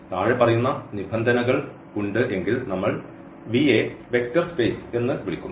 താഴെപ്പറയുന്ന നിബന്ധനകൾ ഉണ്ട് എങ്കിൽ നമ്മൾ V യെ വെക്റ്റർ സ്പേസ് എന്ന് വിളിക്കുന്നു